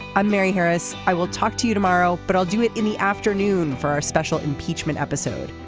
i'm mary harris. i will talk to you tomorrow but i'll do it in the afternoon for our special impeachment episode.